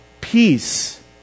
peace